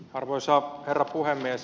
arvoisa herra puhemies